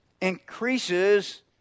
increases